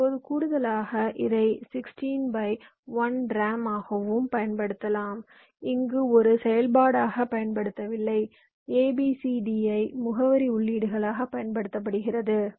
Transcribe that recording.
இப்போது கூடுதலாக இதை 16 ஆல் 1 ரேம் ஆகவும் பயன்படுத்தலாம் இங்கு ஒரு செயல்பாடாக பயன்படுத்தவில்லை A B C D ஐ முகவரி உள்ளீடுகளாகப் பயன்படுத்தப்படுகிறது